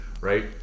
right